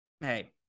hey